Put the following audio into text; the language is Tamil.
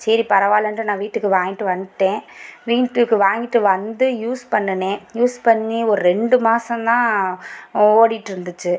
சரி பரவாயில்லன்ட்டு நான் வீட்டுக்கு வாங்கிட்டு வந்துட்டேன் வீட்டுக்கு வாங்கிட்டு வந்து யூஸ் பண்ணினேன் யூஸ் பண்ணி ஒரு ரெண்டு மாசம் தான் ஓடிட்டுருந்துச்சு